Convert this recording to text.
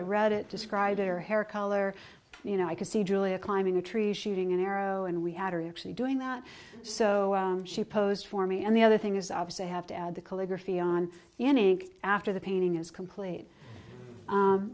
i read it described her hair color you know i could see julia climbing a tree shooting an arrow and we had her actually doing that so she posed for me and the other thing is obvious i have to add the calligraphy on any after the painting is complete